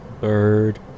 Bird